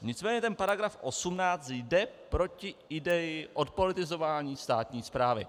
Nicméně ten paragraf 18 jde proti ideji odpolitizování státní správy.